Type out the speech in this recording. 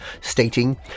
stating